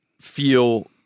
feel